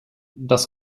das